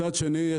מצד שני,